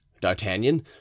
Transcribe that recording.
D'Artagnan